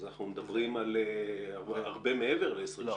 אז אנחנו מדברים על הרבה מעבר ל-2030.